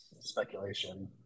speculation